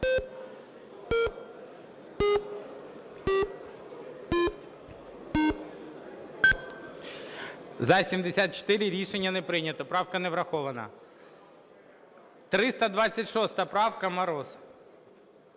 За-74 Рішення не прийнято. Правка не врахована. 326 правка, Мороз.